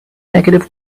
negative